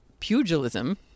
pugilism